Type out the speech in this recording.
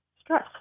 Stress